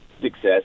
success